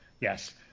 yes